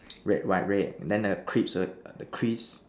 red white red then the crisp will the crisp